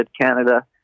Canada